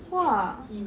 !wah!